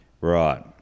Right